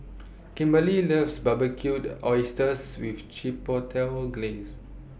Kimberly loves Barbecued Oysters with Chipotle Glaze